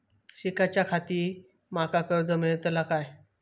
शिकाच्याखाती माका कर्ज मेलतळा काय?